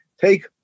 take